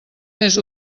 més